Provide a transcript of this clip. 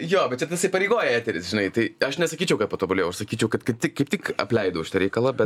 jo bet čia tas įpareigoja eteris žinai tai aš nesakyčiau kad patobulėjau aš sakyčiau kad kaip tik kaip tik apleidau šitą reikalą bet